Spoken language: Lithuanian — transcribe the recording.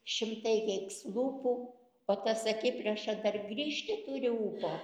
šimtai keiks lūpų o tas akiplėša dar grįžti turi ūpo